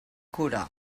cura